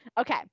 Okay